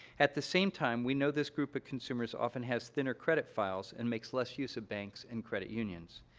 at the same time, we know this group of consumers often has thinner credit files and makes less use of banks and credit unions.